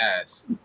ass